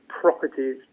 properties